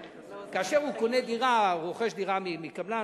כאשר הוא קונה דירה או רוכש דירה מקבלן,